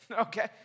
Okay